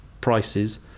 prices